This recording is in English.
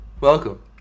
Welcome